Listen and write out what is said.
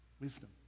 Wisdom